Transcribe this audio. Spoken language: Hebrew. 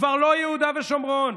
כבר לא יהודה ושומרון,